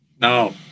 No